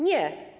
Nie!